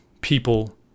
people